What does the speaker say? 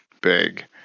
big